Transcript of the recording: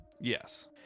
yes